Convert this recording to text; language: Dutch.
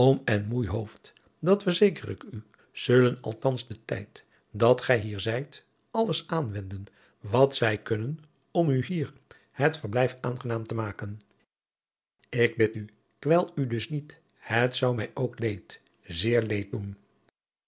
en moei hooft dat verzeker ik u zullen althans den tijd dat gij hier zijt alles aanwenden wat zij kunnen om u hier het verblijf aangenaam te maken ik bid u kwel u dus niet het zou mij ook leed zeer leed doen